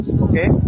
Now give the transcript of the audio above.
Okay